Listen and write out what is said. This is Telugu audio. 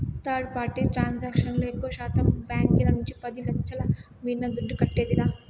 థర్డ్ పార్టీ ట్రాన్సాక్షన్ లో ఎక్కువశాతం బాంకీల నుంచి పది లచ్ఛల మీరిన దుడ్డు కట్టేదిలా